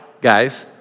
guys